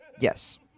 Yes